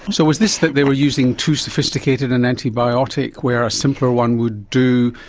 so was this that they were using too sophisticated an antibiotic where a simpler one would do,